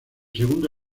segundo